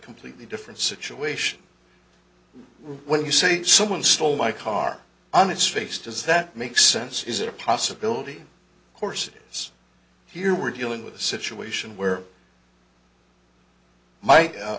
completely different situation when you say someone stole my car on its face does that make sense is it a possibility courses here we're dealing with a situation where